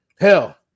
Hell